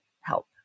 help